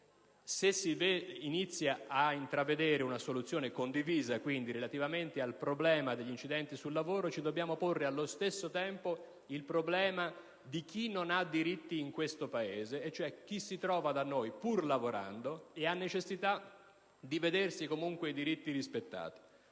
Se si inizia ad intravedere una soluzione condivisa relativamente al problema degli incidenti sul lavoro, ci dobbiamo porre allo stesso tempo il problema di chi non ha diritti in questo Paese, pur lavorando, e ha necessità di vedere comunque rispettati